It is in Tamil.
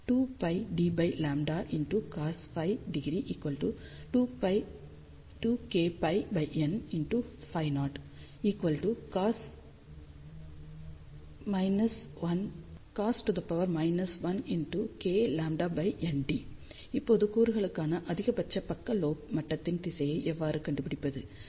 2πdλcosϕo 2kπnϕo cos 1 kλnd இப்போது கூறுகளுக்கான அதிகபட்ச பக்க லோப் மட்டத்தின் திசையை எவ்வாறு கண்டுபிடிப்பது